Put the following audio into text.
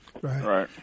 right